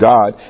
God